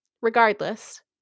regardless